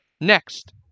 Next